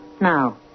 Now